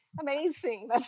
amazing